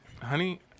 Honey